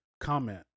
comment